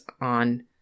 on